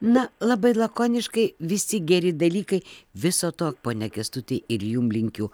na labai lakoniškai visi geri dalykai viso to pone kęstuti ir jum linkiu